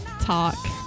talk